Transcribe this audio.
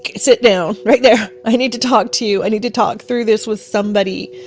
sit down right there. i need to talk to you. i need to talk through this with somebody.